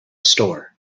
store